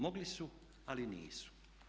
Mogli su ali nisu.